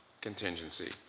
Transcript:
contingency